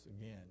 again